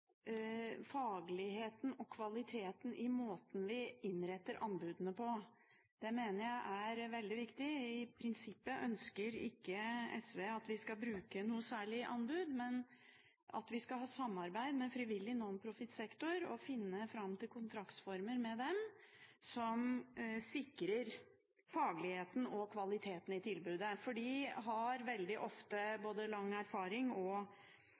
fagligheten og kvaliteten i måten vi innretter anbudene på. Det mener jeg er veldig viktig. I prinsippet ønsker ikke SV at vi skal bruke anbud noe særlig, men at vi skal ha samarbeid med frivillig, non-profit sektor, og finne fram til kontraktsformer med dem som sikrer fagligheten og kvaliteten i tilbudet. De har veldig ofte både lang erfaring i og